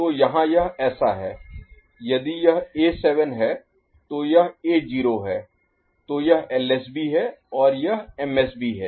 तो यहाँ यह ऐसा है यदि यह A7 है तो यह A0 है तो यह LSB है और यह MSB है